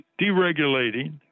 deregulating